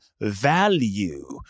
value